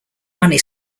money